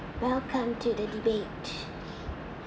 welcome to the debate